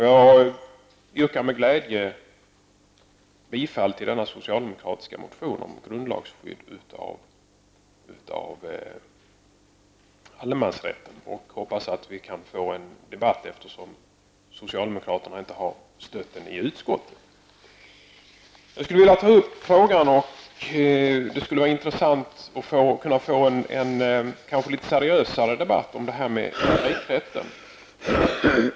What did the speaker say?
Jag yrkar med glädje bifall till den socialdemokratiska motionen om grundlagsskydd för allemansrätten, och jag hoppas att vi kan få en debatt om detta eftersom socialdemokraterna inte har stött den i utskottet. Det skulle vara intressant att få en litet seriösare debatt om stejkrätten.